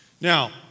Now